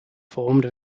formed